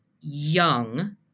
young